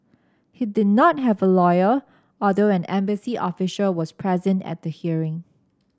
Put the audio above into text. he did not have a lawyer although an embassy official was present at the hearing